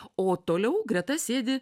o toliau greta sėdi